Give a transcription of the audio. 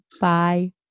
Bye